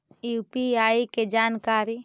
UPI के जानकारी?